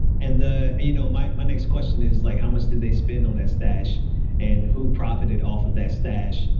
and the you know, my next question is like, how much did they spend on that stash and who profited off of that stash?